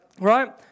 right